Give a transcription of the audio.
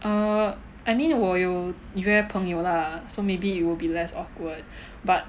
err I mean 我有约朋友 lah so maybe it will be less awkward but